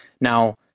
Now